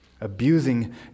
Abusing